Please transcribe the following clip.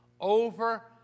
over